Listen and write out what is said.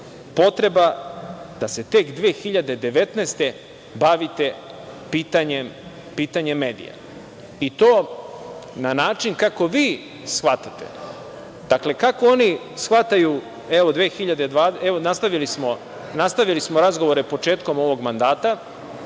potreba da se tek 2019. godine bavite pitanjem medija, i to na način kako vi shvatate? Dakle, kako oni shvataju? Evo, nastavili smo razgovore početkom ovog mandata